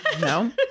No